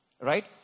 right